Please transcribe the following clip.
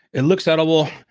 it looks edible,